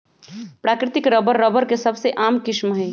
प्राकृतिक rubber, rubber के सबसे आम किस्म हई